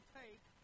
take